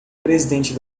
presidente